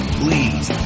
please